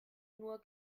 nur